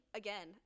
again